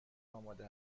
آماده